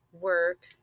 work